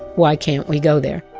why can't we go there?